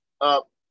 up